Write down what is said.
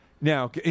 now